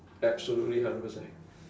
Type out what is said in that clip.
absolutely hundred percent